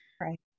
Right